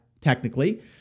technically